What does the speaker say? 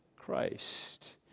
Christ